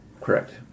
Correct